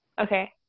Okay